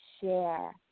share